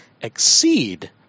exceed